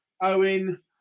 Owen